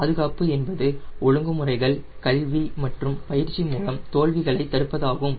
பாதுகாப்பு என்பது ஒழுங்குமுறைகள் கல்வி மற்றும் பயிற்சி மூலம் தோல்விகளைத் தடுப்பதாகும்